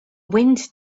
wind